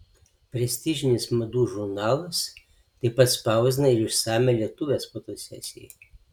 prestižinis madų žurnalas taip pat spausdina ir išsamią lietuvės fotosesiją